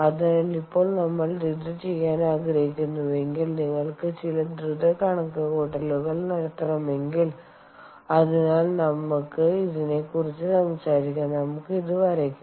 അതിനാൽ ഇപ്പോൾ നമ്മൾ ഇത് ചെയ്യാൻ ആഗ്രഹിക്കുന്നുവെങ്കിൽ നിങ്ങൾക്ക് ചില ദ്രുത കണക്കുകൂട്ടലുകൾ നടത്തണമെങ്കിൽ അതിനാൽ നമുക്ക് ഇതിനെ കുറിച്ച് സംസാരിക്കാം നമുക്ക് ഇത് വരയ്ക്കാം